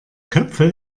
köpfe